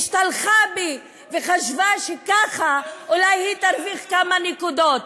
השתלחה בי וחשבה שככה אולי היא תרוויח כמה נקודות.